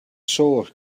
source